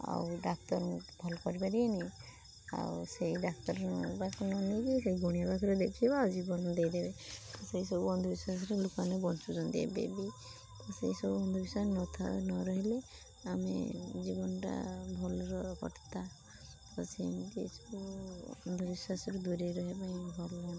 ଆଉ ଡାକ୍ତର ଭଲ କରିପାରିବେନି ଆଉ ସେଇ ଡାକ୍ତର ପାଖକୁ ନ ନେଇକି ସେଇ ଗୁଣିଆ ପାଖରେ ଦେଖାଇବେ ଆଉ ଜୀବନ ଦେଇ ଦେବେ ସେହି ସବୁ ଅନ୍ଧ ବିଶ୍ୱାସରେ ଲୋକମାନେ ବଞ୍ଚୁଛନ୍ତି ଏବେ ବି ସେହି ସବୁ ଅନ୍ଧବିଶ୍ୱାସ ନ ନରହିଲେ ଆମେ ଜୀବନଟା ଭଲରେ କଟନ୍ତା ସେମିତି ସବୁ ଅନ୍ଧବିଶ୍ୱାସରୁ ଦୂରେଇ ରହିବା ପାଇଁ ଭଲ ହୁଅନ୍ତା